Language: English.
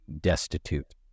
destitute